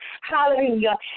Hallelujah